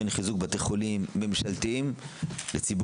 בין חיזוק בתי חולים ממשלתיים לציבוריים,